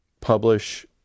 publish